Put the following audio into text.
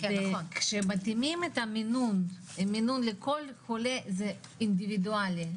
כשמתאימים את המינון לכל חולה, זה אינדיבידואלי.